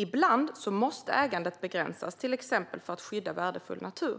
Ibland måste ägandet begränsas, till exempel för att skydda värdefull natur.